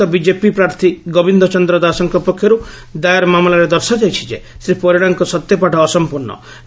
ପରାଜିତ ବିଜେପି ପ୍ରାର୍ଥୀ ଗୋବିନ୍ଦ ଚନ୍ଦ୍ର ଦାସଙ୍ଙ ପକ୍ଷରୁ ଦାୟର ମାମଲାରେ ଦର୍ଶାଯାଇଛି ଯେ ଶ୍ରୀ ପରିଡ଼ାଙ୍କ ସତ୍ୟପାଠ ଅସଂପୂର୍ଶ୍ଣ